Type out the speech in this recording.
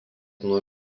nuo